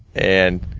and,